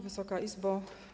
Wysoka Izbo!